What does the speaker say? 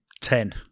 ten